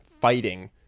fighting